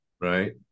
Right